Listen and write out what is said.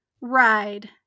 ride